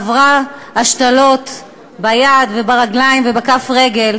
עברה השתלות ביד, וברגליים ובכף הרגל.